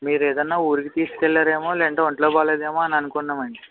మీరేదైనా ఊరికి తీసుకెళ్ళారేమో లేదంటే ఒంట్లో బాగాలేదేమో అని అనుకున్నాం అండి